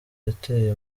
yateye